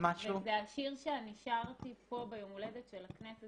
השיר שאני שרתי פה ביום הולדת של הכנסת,